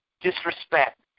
disrespect